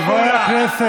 חברי הכנסת.